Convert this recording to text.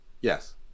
Yes